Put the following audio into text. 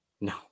No